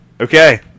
Okay